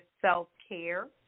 self-care